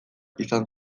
izan